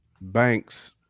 Banks